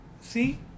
See